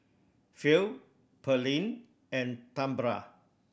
Phil Pearlene and Tambra